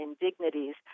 indignities